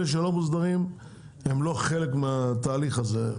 אלה שלא מוסדרים הם לא חלק מהתהליך הזה.